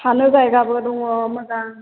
थानो जायगाबो दङ मोजां